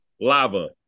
Lava